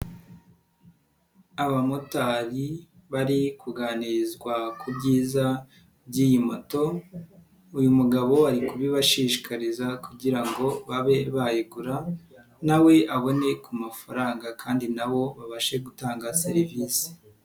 Abamotari bari kuganirizwa ku byiza by'iyi moto, uyu mugabo bari kubibashishikariza kugira ngo babe bayigura, nawe abone ku mafaranga kandi nabo babashe gutanga serivisi.